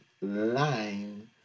line